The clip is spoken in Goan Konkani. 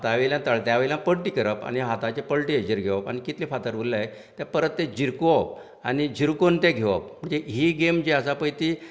हातावयल्यान तळट्या वयल्यान पट्टी करप आनी हाताचे पलटे हेजेर घेवप आनी कितले फातर उरले ते परत ते झिरकोवप आनी झिरकोन ते घेवप म्हणजे ही गेम जी आसा पय ती